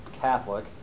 Catholic